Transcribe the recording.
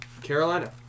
Carolina